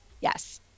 Yes